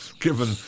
given